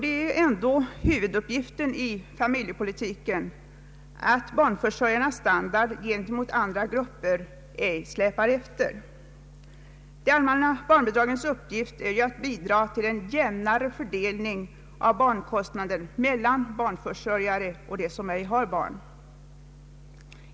Det är ändå huvuduppgiften för familjepolitiken att se till att barnförsörjarnas standard ej släpar efter vid jämförelse med andra grupper. De allmänna barnbidragens uppgift är att bidraga till en jämnare fördelning av barnkostnaderna mellan barnförsörjare och dem som ej har barn.